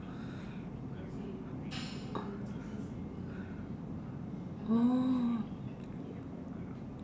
oh